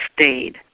stayed